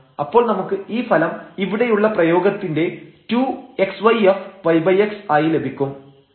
അപ്പോൾ നമുക്ക് ഈ ഫലം ഇവിടെയുള്ള പ്രയോഗത്തിന്റെ 2xyfyx ആയി ലഭിക്കും